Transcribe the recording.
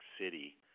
City